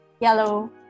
Yellow